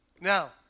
now